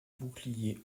boucliers